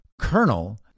Colonel